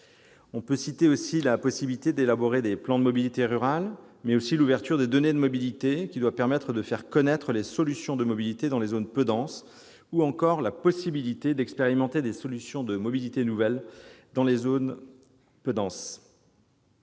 On peut citer aussi la possibilité d'élaborer des plans de mobilité rurale, ainsi que l'ouverture des données de mobilité, qui doit permettre de faire connaître les solutions de mobilité dans les zones peu denses, ou encore la possibilité d'expérimenter des solutions de mobilité nouvelles dans ces mêmes zones.